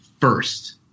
first